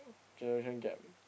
generation gap